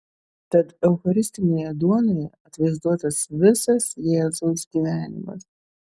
tad eucharistinėje duonoje atvaizduotas visas jėzaus gyvenimas